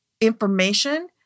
information